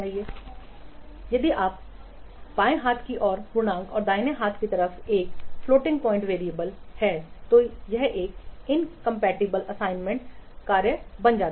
If the left hand side is what integer and right hand side is a floating point variable then this becomes incompatible Assignments यदि बाएं हाथ की ओर पूर्णांक और दाहिने हाथ की तरफ एक फ्लोटिंग प्वाइंट वेरिएबल है तो यह इनकम्पेटिबल असाइनमेंट कार्य बन जाता है